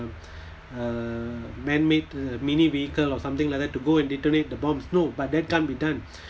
err man-made uh mini vehicle or something like that to go and detonate the bombs no but that can't be done